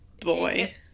boy